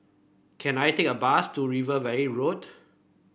can I take a bus to River Valley Road